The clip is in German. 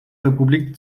republik